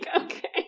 okay